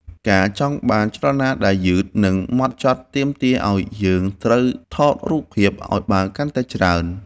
ការចង់បានចលនាដែលយឺត និង ហ្មត់ចត់ទាមទារឱ្យយើងត្រូវថតរូបភាពឱ្យបានកាន់តែច្រើន។